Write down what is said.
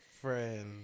friend